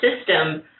System